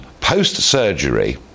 post-surgery